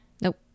nope